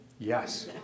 Yes